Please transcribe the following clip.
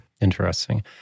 interesting